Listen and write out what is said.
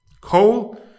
Coal